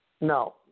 No